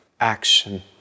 action